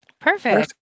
Perfect